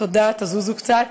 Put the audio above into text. תודה, תזוזו קצת,